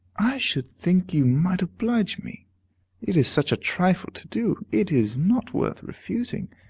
i should think you might oblige me it is such a trifle to do, it is not worth refusing.